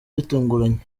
bitunguranye